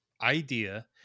idea